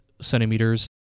centimeters